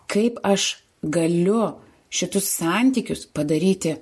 kaip aš galiu šitus santykius padaryti